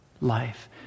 life